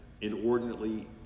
inordinately